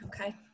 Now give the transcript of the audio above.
okay